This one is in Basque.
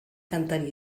kantaria